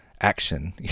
action